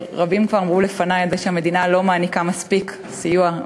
רבים כבר אמרו לפני שהמדינה לא מעניקה מספיק סיוע,